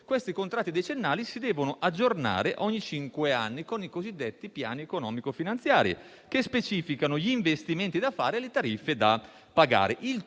questi contratti decennali si devono aggiornare ogni cinque anni con i cosiddetti piani economico-finanziari, che specificano gli investimenti da fare e le tariffe da pagare.